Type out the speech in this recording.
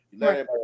Right